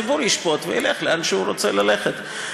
הציבור ישפוט וילך לאן שהוא רוצה ללכת.